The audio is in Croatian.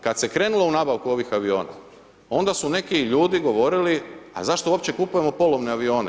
Kada se krenulo u nabavku ovih aviona, onda su neki ljudi govorili, a zašto uopće kupujemo polovne avione?